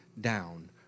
down